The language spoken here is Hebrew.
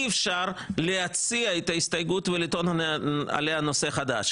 אי אפשר להציע את ההסתייגות ולטעון עליה חדש.